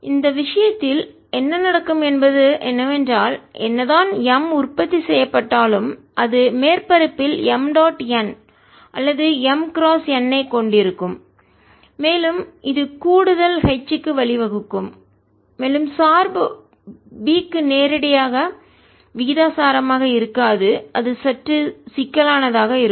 இந்த விஷயத்தில் என்ன நடக்கும் என்பது என்னவென்றால் என்னதான் M உற்பத்தி செய்யப்பட்டாலும் அது மேற்பரப்பில் M டாட் n அல்லது M கிராஸ் n ஐ கொண்டிருக்கும் மேலும் இது கூடுதல் H க்கு வழிவகுக்கும் மேலும் சார்பு B க்கு நேரடியாக விகிதாசாரமாக இருக்காது அது சற்று சிக்கலானதாக இருக்கும்